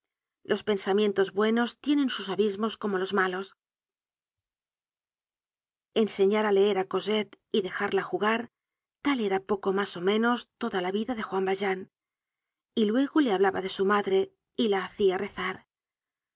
los pensamientos buenos tienen sus abismos como los malos enseñar á leer á cosette y dejarla jugar tal era poco mas ó menos toda la vida de juan valjean y luego le hablaba de su madre y la hacia rezar